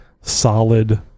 solid